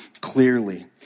clearly